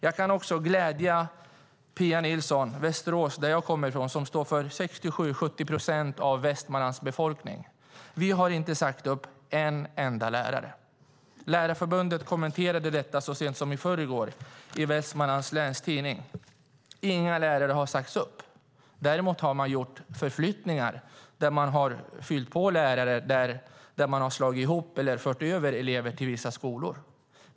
Jag kan också glädja Pia Nilsson med att säga att vi i Västerås, som jag kommer från och som står för 67-70 procent av Västmanlands befolkning, inte har sagt upp en enda lärare. Lärarförbundet kommenterade detta så sent i förrgår i Vestmanlands Läns Tidning och sade att inga lärare har sagts upp. Däremot har man gjort förflyttningar och fyllt på lärare där man har slagit ihop eller fört över elever till vissa skolor.